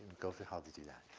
go through how to do that.